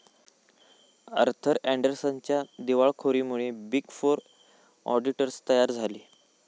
Arthur अँडरसनच्या दिवाळखोरीमुळे big four auditors तयार झाले